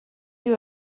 you